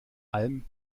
alm